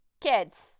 kids